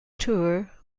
tour